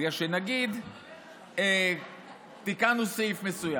בגלל שנגיד תיקנו סעיף מסוים,